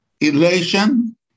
Elation